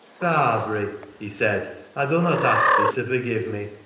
barbary! he said, i dunnot ask thee to forgive me,